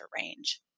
range